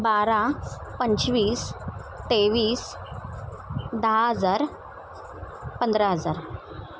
बारा पंचवीस तेवीस दहा हजार पंधरा हजार